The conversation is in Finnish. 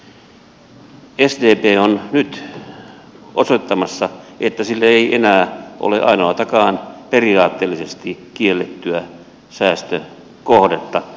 sdp on nyt osoittamassa että sille ei enää ole ainoatakaan periaatteellisesti kiellettyä säästökohdetta